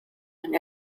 and